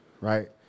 right